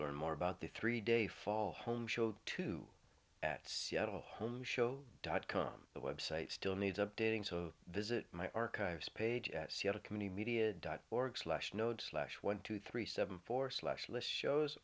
learn more about the three day fall home show to at seattle home show dot com the website still needs updating so visit my archives page at seattle community media dot org slash node slash one two three seven four slash list shows